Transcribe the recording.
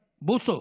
בוסו,